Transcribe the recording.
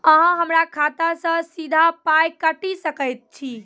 अहॉ हमरा खाता सअ सीधा पाय काटि सकैत छी?